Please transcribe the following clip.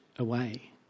away